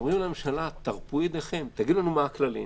הם אומרים לממשלה תגידו מה הכללים.